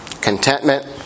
Contentment